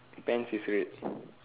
pants is red